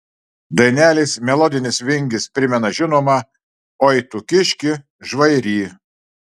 dainelės melodinis vingis primena žinomą oi tu kiški žvairy